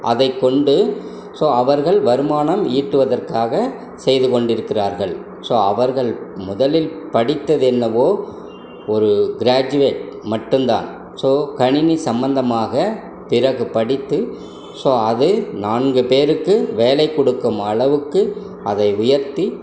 அதைக்கொண்டு ஸோ அவர்கள் வருமானம் ஈட்டுவதற்காக செய்து கொண்டிருக்கிறார்கள் ஸோ அவர்கள் முதலில் படித்ததென்னவோ ஒரு கிராஜுவேட் மட்டும் தான் ஸோ கணினி சம்மந்தமாக பிறகு படித்து ஸோ அதை நான்கு பேருக்கு வேலை கொடுக்கும் அளவுக்கு அதை உயர்த்தி